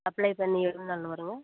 apply பண்ணி எவ்வளோ நாளில் வரும்ங்க